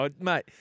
Mate